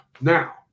Now